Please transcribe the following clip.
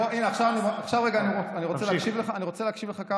אני רוצה להקשיב לך,